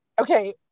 Okay